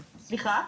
אוקיי, תודה רבה.